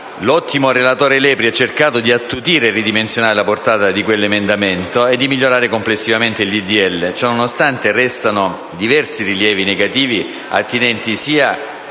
L'ottimo relatore Lepri ha cercato di attutire e ridimensionare la portata di quell'emendamento e di migliorare complessivamente il disegno di legge; ciò nonostante restano diversi rilievi negativi, attinenti sia